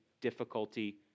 difficulty